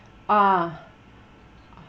ah